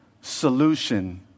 solution